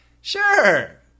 sure